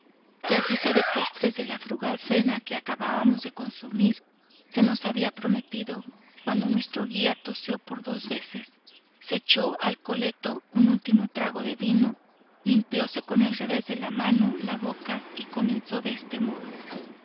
que a guisa de postres de la frugal cena que acabábamos de consumir se nos había prometido cuando nuestro guía tosió por dos veces se echó al coleto un ultimo trago de vino limpióse con el revés de la mano la boca y comenzó de este modo